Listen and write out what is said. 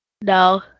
No